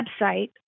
website